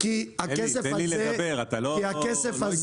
הכסף הזה